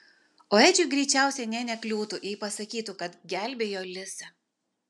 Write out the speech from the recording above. o edžiui greičiausiai nė nekliūtų jei pasakytų kad gelbėjo lisą